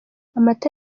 amata